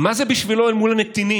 מה זה בשבילו אל מול הנתינים?